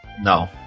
No